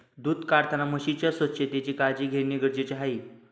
दूध काढताना म्हशीच्या स्वच्छतेची काळजी घेणे गरजेचे आहे